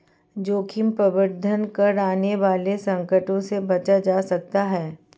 जोखिम प्रबंधन कर आने वाले संकटों से बचा जा सकता है